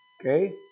Okay